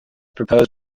proposed